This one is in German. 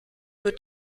wird